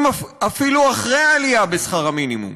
אפילו אחרי העלייה בשכר המינימום.